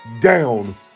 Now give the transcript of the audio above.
down